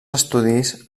estudis